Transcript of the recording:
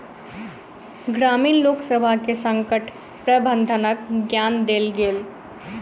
ग्रामीण लोकसभ के संकट प्रबंधनक ज्ञान देल गेल